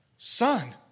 Son